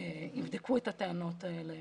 יבדקו את הטענות האלה